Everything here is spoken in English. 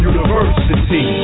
University